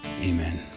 Amen